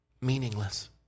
meaningless